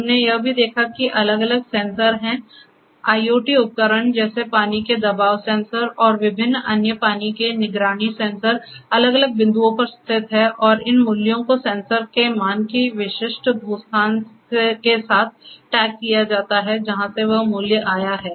हमने यह भी देखा है कि अलग अलग सेंसर हैं आईओटी उपकरण जैसे पानी के दबाव सेंसर और विभिन्न अन्य पानी की निगरानी सेंसर अलग अलग बिंदुओं पर स्थित हैं और इन मूल्यों को सेंसर के मान को विशिष्ट भूस्थान के साथ टैग किया जाता है जहां से वह मूल्य आया है